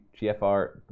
GFR